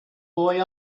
boy